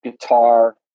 guitar